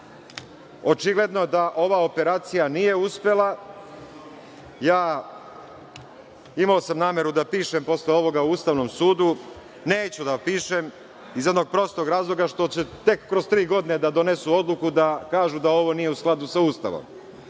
očigledno da ova operacija nije uspela. Imao sam nameru da posle ovoga pišem Ustavnom sudu, neću da pišem iz jednog prostog razloga zato što će tek kroz tri godine da donesu odluku da kažu da ovo nije u skladu sa Ustavom.